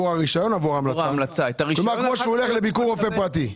כמו ביקור רופא פרטי.